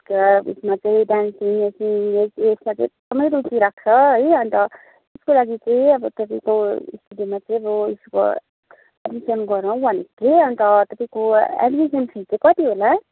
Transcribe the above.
उसमा चाहिँ डान्सिङ यसमा चाहिँ एकदमै रुचि राख्छ है अन्त उसको लागि चाहिँ अब तपाईँको स्टुडियोमा चाहिँ अब उसको एडमिसन गराउँ भनेको थिएँ अन्त तपाईँको एडमिसन फिस चाहिँ कति होला